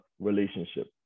relationship